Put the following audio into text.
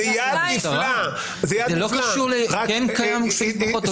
זה לא קשור אם כן קיים או לא קיים סעיף בחוק.